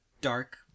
dark